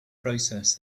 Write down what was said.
process